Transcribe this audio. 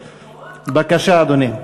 בבקשה, אדוני.